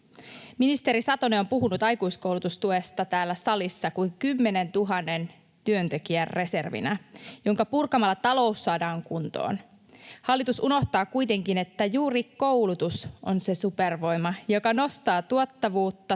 Ministeri Satonen on puhunut aikuiskoulutustuesta täällä salissa kuin 10 000 työntekijän reservinä, joka purkamalla talous saadaan kuntoon. Hallitus unohtaa kuitenkin, että juuri koulutus on se supervoima, joka nostaa tuottavuutta